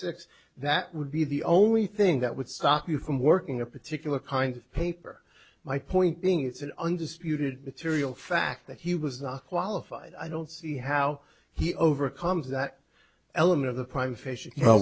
six that would be the only thing that would stop you from working a particular kind of paper my point being it's an undisputed material fact that he was not qualified i don't see how he overcomes that element of the prime fishing